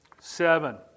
Seven